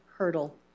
hurdle